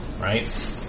right